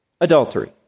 adultery